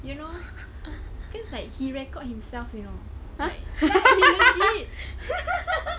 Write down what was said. you know cause like he record himself you know like ya he